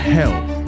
health